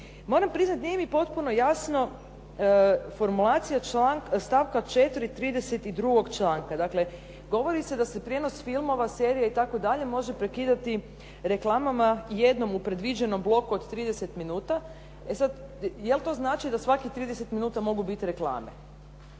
Moram priznati nije mi potpuno jasno formulacija stavka 4. trideset i drugog članka. Dakle, govori se da se prijenos filmova, serija itd. može prekidati reklamama jednom u predviđenom bloku od 30 minuta. E sad, jel' to znači da svakih 30 minuta mogu biti reklame.